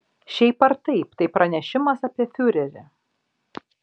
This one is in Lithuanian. šiaip ar taip tai pranešimas apie fiurerį